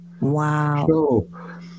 Wow